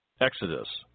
Exodus